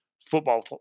football